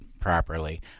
properly